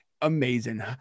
amazing